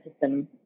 system